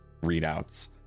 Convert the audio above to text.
readouts